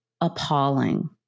appalling